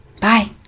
Bye